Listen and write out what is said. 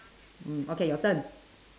mm okay your turn